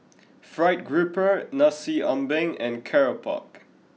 fried grouper Nasi Ambeng and Keropok